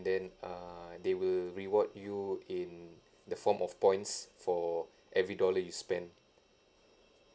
then err they will reward you in the form of points for every dollar you spend